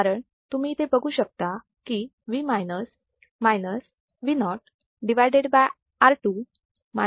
कारण तुम्ही इथे बघू शकता की V Vo R2 Vo R2